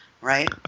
right